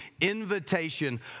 invitation